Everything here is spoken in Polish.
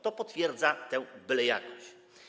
To potwierdza tę bylejakość.